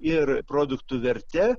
ir produktų verte